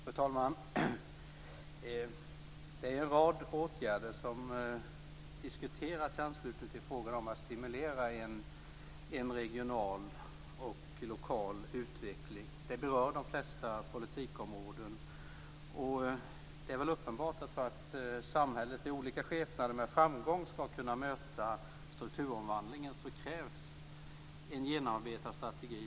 Fru talman! Det är en rad åtgärder som diskuteras i anslutning till frågan om att stimulera en regional och lokal utveckling. Det berör de flesta politikområden. Det är väl uppenbart att för att samhället i olika skepnader med framgång skall kunna möta strukturomvandlingen krävs en genomarbetad strategi.